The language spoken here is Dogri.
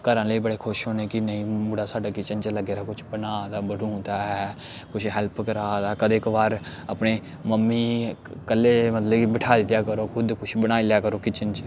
घरै आह्ले बी बड़े खुश होने कि नेईं मुड़ा साढ़ा किचन च लग्गे दा कुछ बना दा बनू दा ऐ कुछ हैल्प करा दा कदें कभार अपने मम्मी कल्लै मतलब कि बैठाई दे करो खुद कुछ बनाई लै करो किचन च